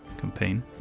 campaign